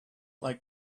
like